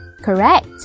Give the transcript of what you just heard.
Correct